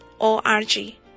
o-r-g